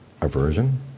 aversion